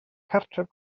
cartref